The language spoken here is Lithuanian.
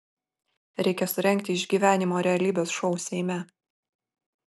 reikia surengti išgyvenimo realybės šou seime